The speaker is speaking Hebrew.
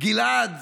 גלעד,